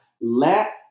Let